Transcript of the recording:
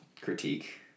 critique